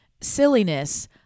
silliness